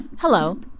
Hello